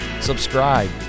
subscribe